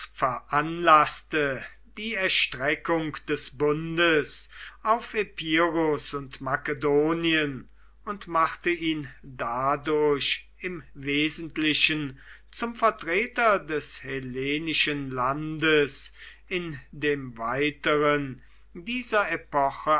veranlaßte die erstreckung des bundes auf epirus und makedonien und machte ihn dadurch im wesentlichen zum vertreter des hellenischen landes in dem weiteren dieser epoche